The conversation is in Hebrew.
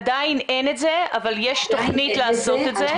עדיין אין את זה אבל יש תוכנית לעשות את זה.